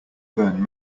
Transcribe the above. burn